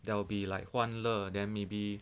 there will be like 欢乐 then maybe